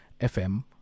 FM